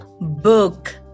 book